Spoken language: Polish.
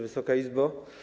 Wysoka Izbo!